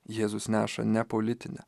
jėzus neša ne politinę